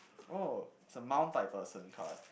oh it's a type person card